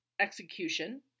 execution